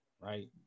right